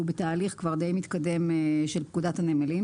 בתהליך כבר די מתקדם של פקודת הנמלים,